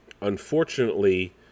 unfortunately